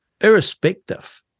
irrespective